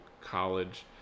college